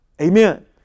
Amen